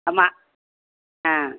ஆமாம் ஆ